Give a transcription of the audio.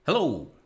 Hello